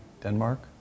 Denmark